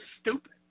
stupid